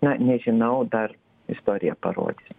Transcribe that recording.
na nežinau dar istorija parodys